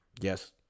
Yes